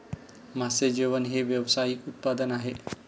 मासे जेवण हे व्यावसायिक उत्पादन आहे